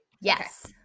Yes